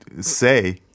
say